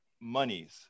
monies